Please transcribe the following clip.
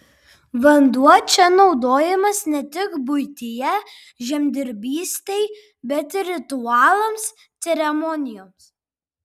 vanduo čia naudojamas ne tik buityje žemdirbystei bet ir ritualams ceremonijoms